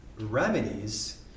remedies